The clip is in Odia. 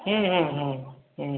ହୁଁ ହଁ ହଁ ହୁଁ